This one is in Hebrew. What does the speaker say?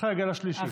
אחרי הגל השלישי.